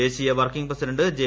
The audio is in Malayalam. ദേശീയ വർക്കിങ് പ്രസിഡന്റ് ജെ